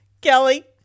Kelly